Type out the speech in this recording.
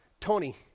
Tony